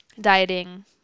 dieting